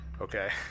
Okay